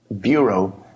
Bureau